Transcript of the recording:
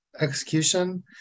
execution